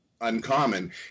uncommon